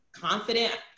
confident